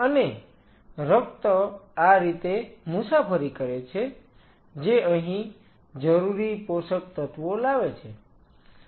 અને રક્ત આ રીતે મુસાફરી કરે છે જે અહીં જરૂરી પોષક તત્વો લાવે છે